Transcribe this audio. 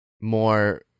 more